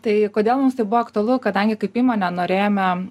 tai kodėl mums tai buvo aktualu kadangi kaip įmonė norėjome